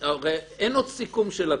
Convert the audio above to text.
הרי אין עוד סיכום של התיק.